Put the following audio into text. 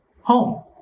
home